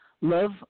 Love